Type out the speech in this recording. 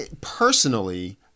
personally